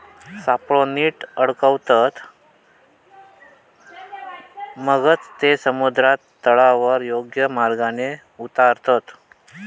सापळो नीट अडकवतत, मगच ते समुद्राच्या तळावर योग्य मार्गान उतारतत